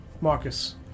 Marcus